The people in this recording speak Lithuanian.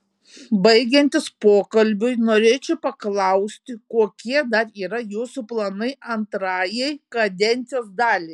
baigiantis pokalbiui norėčiau paklausti kokie dar yra jūsų planai antrajai kadencijos daliai